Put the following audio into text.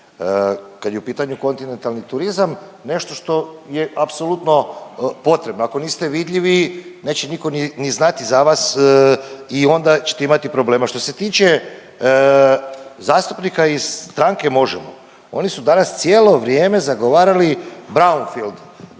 kada je u pitanju kontinentalni turizam nešto što je apsolutno potrebno, ako niste vidljivi neće niko ni znati za vas i onda ćete imati problema. Što se tiče zastupnika iz stranke Možemo oni su danas cijelo vrijeme zagovarali borwnfield